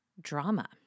drama